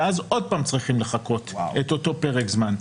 ואז עוד פעם צריכים לחכות את אותו פרק זמן.